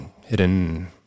hidden